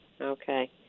Okay